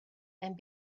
and